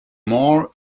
more